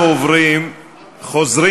חוזרים